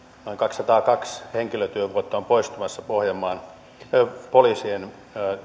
noin kaksisataakaksi henkilötyövuotta on poistumassa poliisien